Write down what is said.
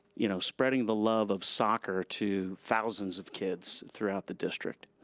you know, spreading the love of soccer to thousands of kids throughout the district.